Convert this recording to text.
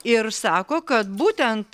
ir sako kad būtent